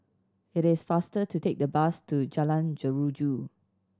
it is faster to take the bus to Jalan Jeruju